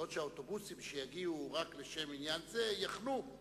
בעוד האוטובוסים שיגיעו רק לשם עניין זה יחנו,